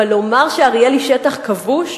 אבל לומר שאריאל היא שטח כבוש?